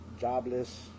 jobless